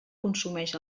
consumeix